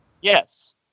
Yes